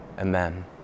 amen